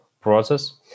process